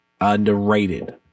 underrated